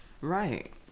right